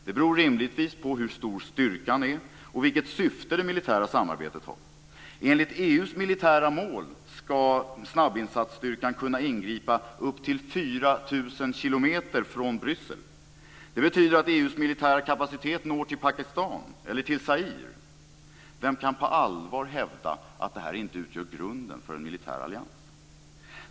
Det beror rimligtvis på hur stor styrkan är och vilket syfte det militära samarbetet har. Enligt EU:s militära mål ska snabbinsatsstyrkan kunna ingripa upp till 4 000 kilometer från Bryssel. Det betyder att EU:s militära styrka når till Pakistan eller till Zaire. Vem kan på allvar hävda att detta inte utgör grunden för en militär allians?